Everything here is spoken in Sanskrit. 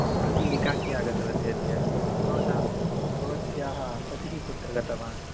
भवती एकाकिनी आगतवती अद्य भवतां भवत्याः पतिः कुत्र गतवान्